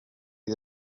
you